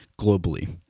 globally